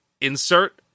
insert